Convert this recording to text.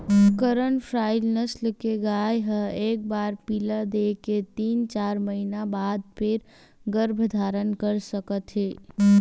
करन फ्राइ नसल के गाय ह एक बार पिला दे के तीन, चार महिना बाद म फेर गरभ धारन कर सकत हे